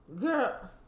Girl